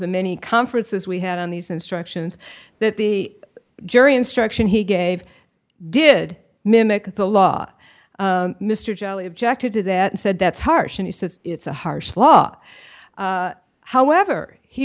the many conferences we had on these instructions that the jury instruction he gave did mimic the law mr jolly objected to that said that's harsh and he says it's a harsh law however he